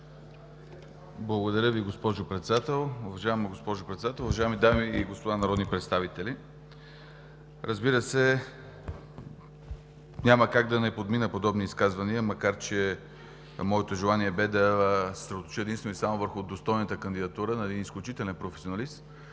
Благодаря Ви, госпожо Председател. Уважаема госпожо Председател, уважаеми дами и господа народни представители! Разбира се, няма как да не подмина подобни изказвания, макар че моето желание бе да се съсредоточа единствено и само върху достойната кандидатура на един изключителен професионалист,